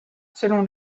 selon